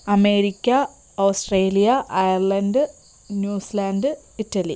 America Australia Ireland New Zealand Italy